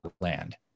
land